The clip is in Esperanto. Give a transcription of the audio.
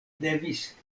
devis